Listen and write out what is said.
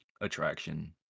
attraction